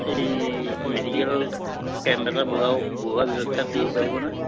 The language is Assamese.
এই মেডিকেল কেম্প এটা বঢ়োৱাৰ ব্যৱস্থা কৰিব পাৰিব নে